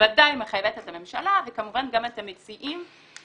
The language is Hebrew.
בוודאי היא מחייבת את הממשלה וכמובן גם את המציעים שבאים